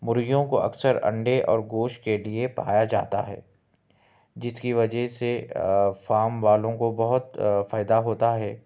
مرغیوں کو اکثر انڈے اور گوشت کے لئے پایا جاتا ہے جس کی وجہ سے فام والوں کو بہت فائدہ ہوتا ہے